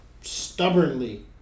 stubbornly